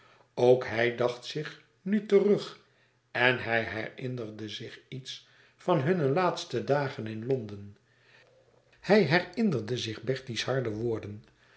ook hij dacht zich nu terug en hij herinnerde zich iets van hunne laatste dagen te londen hij herinnerde zich bertie's harde woorden